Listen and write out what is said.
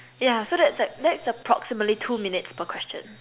yeah so that's like that's approximately two minutes per question